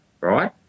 right